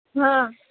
हां